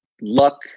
luck